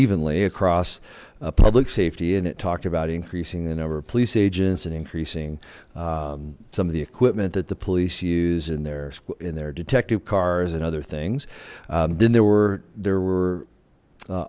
evenly across public safety and it talked about increasing the number of police agents and increasing some of the equipment that the police use in their in their detective cars and other things then there were there were